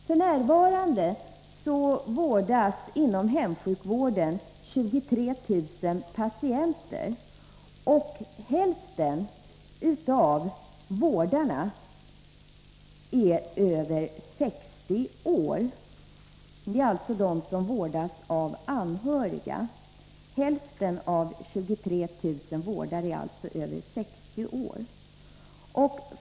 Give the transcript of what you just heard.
F. n. vårdas 23 000 patienter av anhöriga inom hemsjukvården, och hälften av vårdarna är över 60 år. Hälften av 23 000 vårdare är alltså över 60 år.